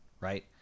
Right